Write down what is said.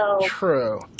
True